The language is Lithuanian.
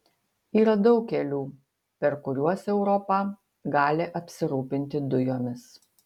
yra daug kelių per kuriuos europa gali apsirūpinti dujomis